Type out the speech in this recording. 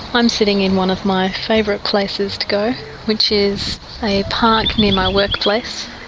i'm sitting in one of my favourite places to go which is a park near my workplace,